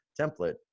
template